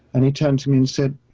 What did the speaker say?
and he turned to me and said,